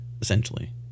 essentially